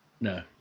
No